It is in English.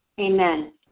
amen